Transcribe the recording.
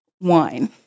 wine